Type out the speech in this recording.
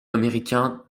américain